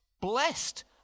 Blessed